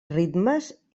ritmes